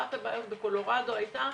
אחת הבעיות בקולורדו הייתה